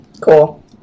Cool